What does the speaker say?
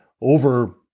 over